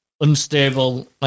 unstable